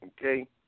okay